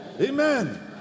Amen